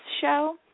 show